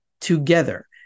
together